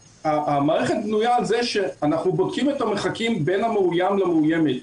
המערכת בנויה על זה שאנחנו בודקים את המרחקים בין המאוים למאוימת,